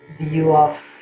view of